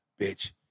bitch